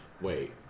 Wait